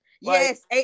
Yes